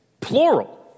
plural